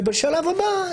ובשלב הבא,